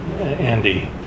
Andy